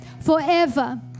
forever